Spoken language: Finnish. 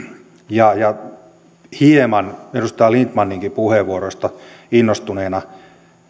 ja ja hieman edustaja lindtmaninkin puheenvuoroista innostuneena